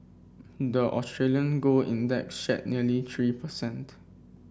the Australian gold index shed nearly three percent